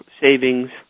savings